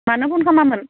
मानो फन खामामोन